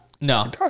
No